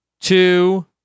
two